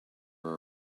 are